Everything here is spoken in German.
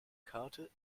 karte